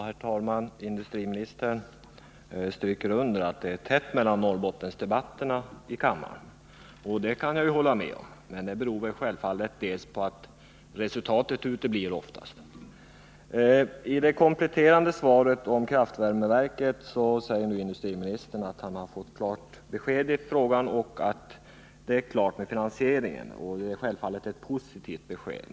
Herr talman! Industriministern stryker under att det är tätt mellan Norrbottensdebatterna i kammaren, vilket jag kan hålla med om. Men det beror självfallet till en del på att resultat oftast uteblir. I det kompletterande svaret om kraftvärmeverket säger nu industriministern att han fått klart besked i frågan, och att det är klart med finansieringen, och jag tycker självfallet att det är ett positivt besked.